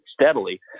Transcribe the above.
steadily